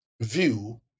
view